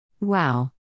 Wow